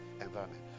environment